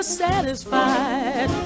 satisfied